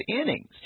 innings